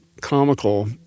comical